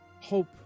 hope